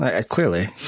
Clearly